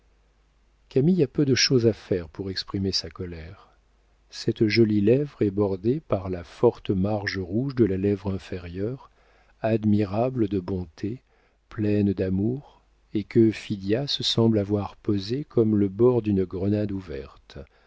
a peu de chose à faire pour exprimer sa colère cette jolie lèvre est bordée par la forte marge rouge de la lèvre inférieure admirable de bonté pleine d'amour et que phidias semble avoir posée comme le bord d'une grenade ouverte